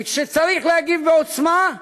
וכאשר צריך להגיב בעוצמה,